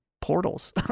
portals